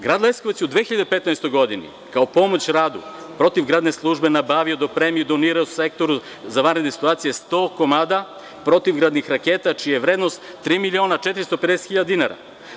Grad Leskovac je u 2015. godini kao pomoć radu protivgradne službe nabavio, dopremio i donirao Sektoru za vanredne situacije 100 komada protivgradnih raketa, čija je vrednost 3.450 hiljada dinara.